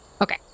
Okay